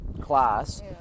class